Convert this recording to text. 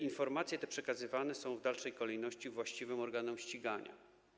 Informacje te przekazywane są w dalszej kolejności właściwym organom ścigania.